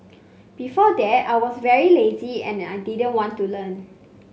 before that I was very lazy and didn't want to learn